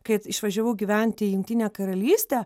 kai išvažiavau gyvent į jungtinę karalystę